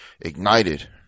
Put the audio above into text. ignited